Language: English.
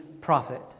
prophet